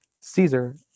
Caesar